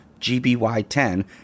GBY10